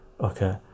okay